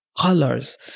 colors